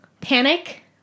panic